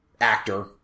actor